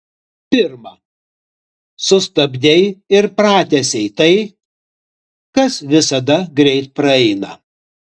pirma sustabdei ir pratęsei tai kas visada greit praeina